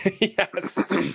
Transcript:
Yes